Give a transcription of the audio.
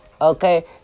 Okay